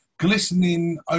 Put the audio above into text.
Glistening